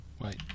Wait